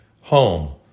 home